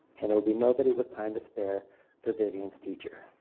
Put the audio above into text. and there will be nobody with time to spare for vivian's teacher,